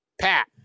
Pat